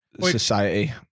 Society